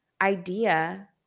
idea